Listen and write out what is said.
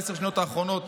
בעשר השניות האחרונות,